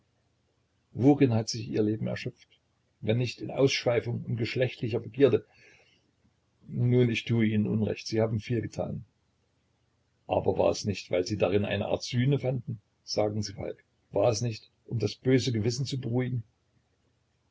worin hat sich ihr leben erschöpft wenn nicht in ausschweifung und geschlechtlicher begierde nun ich tue ihnen unrecht sie haben viel getan aber war es nicht weil sie darin eine art sühne fanden sagen sie falk war es nicht um das böse gewissen zu beruhigen